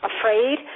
afraid